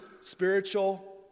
spiritual